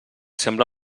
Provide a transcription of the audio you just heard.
sembla